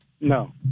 No